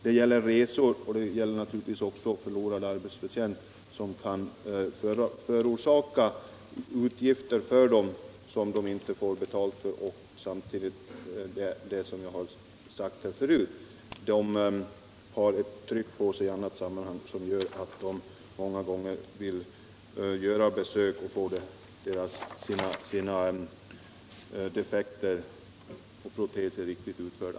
Det är resor och naturligtvis också förlorad arbetsförtjänst som kan förorsaka utgifter och förluster för dem vilka de inte får ersättning för. Samtidigt har de, som jag har sagt förut, ett tryck på sig i andra sammanhang som gör att de många gånger vill besöka en hjälpmedelscentral för att få sina proteser riktigt utförda.